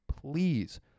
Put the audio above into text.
please